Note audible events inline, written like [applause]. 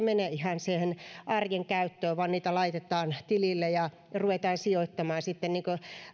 [unintelligible] mene ihan siihen arjen käyttöön vaan niitä laitetaan tilille ja ruvetaan sijoittamaan sitten niin kuin